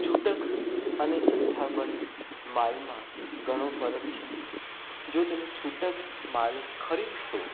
છૂટક અને જથ્થાબંધ માલમાં ઘણો ફરક છે જો તમે છૂટક માલ ખરીદશો